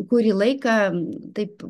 kurį laiką taip